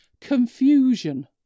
confusion